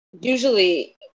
usually